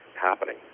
happening